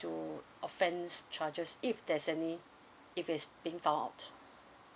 to offence charges if there's any if it's if found out